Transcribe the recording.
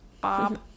Bob